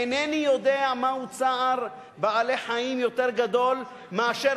אינני יודע מהו צער בעלי-חיים יותר גדול מאשר